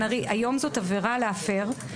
היום זאת עבירה להפר.